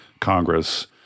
Congress